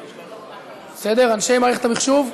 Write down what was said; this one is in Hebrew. בסדר, אנשי מערכת המחשוב,